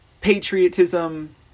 Patriotism